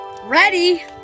Ready